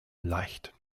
leicht